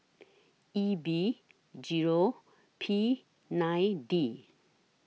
E B Zero P nine D